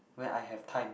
when I have time